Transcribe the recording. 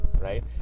right